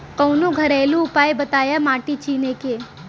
कवनो घरेलू उपाय बताया माटी चिन्हे के?